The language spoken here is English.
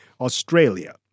Australia